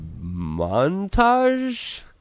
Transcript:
montage